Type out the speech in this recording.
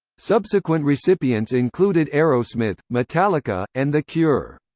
subsequent recipients included aerosmith, metallica, and the cure.